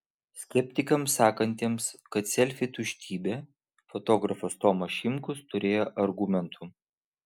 skeptikams sakantiems kad selfiai tuštybė fotografas tomas šimkus turėjo argumentų